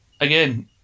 again